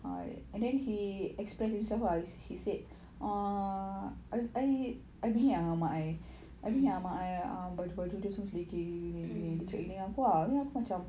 mmhmm mmhmm